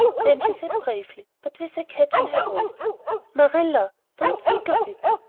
then she said bravely, but with a catch in her voice marilla, don't think of it.